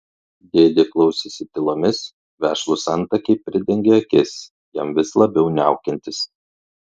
dėdė klausėsi tylomis vešlūs antakiai pridengė akis jam vis labiau niaukiantis